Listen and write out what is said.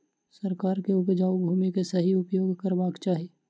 सरकार के उपजाऊ भूमि के सही उपयोग करवाक चाही